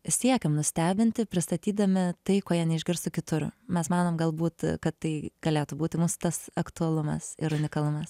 siekiam nustebinti pristatydami tai ko jie neišgirstų kitur mes manom galbūt kad tai galėtų būti mūsų tas aktualumas ir unikalumas